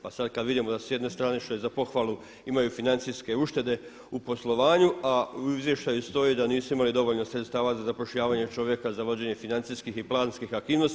Pa sad kad vidimo da su s jedne strane što je za pohvalu imaju financijske uštede u poslovanju, a u izvještaju stoji da nisu imali dovoljno sredstava za zapošljavanje čovjeka za vođenje financijskih i planskih aktivnosti.